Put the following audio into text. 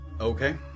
Okay